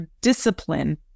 discipline